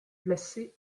placée